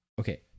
okay